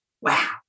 wow